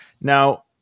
Now